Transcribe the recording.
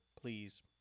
please